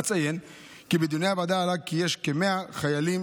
אציין כי בדיוני הוועדה עלה כי יש כ-100 חיילים